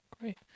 Great